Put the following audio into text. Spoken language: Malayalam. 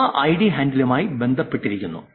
ആ ഐഡി ഹാൻഡിലുമായി ബന്ധപ്പെട്ടിരിക്കുന്നു